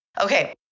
Okay